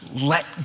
let